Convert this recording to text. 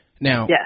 Now